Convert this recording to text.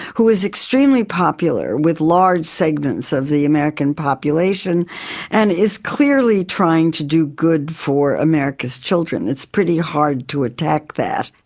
who is extremely popular with large segments of the american population and is clearly trying to do good for america's children. it's pretty hard to attack that.